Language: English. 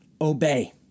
obey